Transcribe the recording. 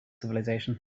civilization